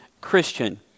Christian